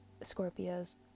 Scorpios